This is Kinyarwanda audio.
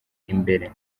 imbere